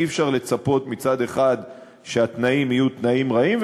אי-אפשר מצד אחד לצפות שהתנאים יהיו תנאים רעים,